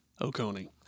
Oconee